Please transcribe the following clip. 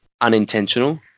unintentional